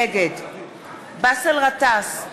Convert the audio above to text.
נגד באסל גטאס,